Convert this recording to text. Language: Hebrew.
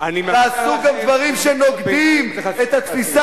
תעשו גם דברים שנוגדים את התפיסה